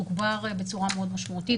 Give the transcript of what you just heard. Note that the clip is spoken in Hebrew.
תוגבר בצורה מאוד משמעותית,